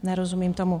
Nerozumím tomu.